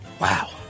wow